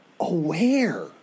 aware